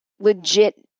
legit